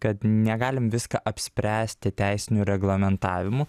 kad negalim viską apspręsti teisiniu reglamentavimu